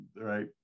right